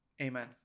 Amen